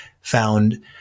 found